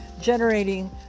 generating